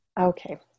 Okay